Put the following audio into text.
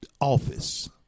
office